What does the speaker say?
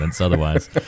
Otherwise